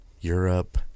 Europe